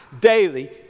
daily